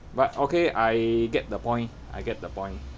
but okay I get the point I get the point